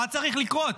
מה צריך לקרות?